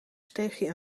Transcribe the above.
steegje